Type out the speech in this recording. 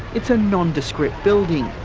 it's a nondescript building.